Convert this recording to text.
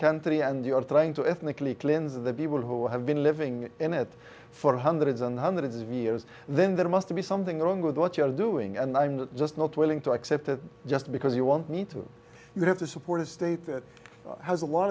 country and you're trying to ethnically cleanse the people who have been living in it for hundreds and hundreds of years then there must be something wrong with what you're doing and i'm just not willing to accept that just because you want me to have to support a state that has a lot